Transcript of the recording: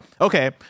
okay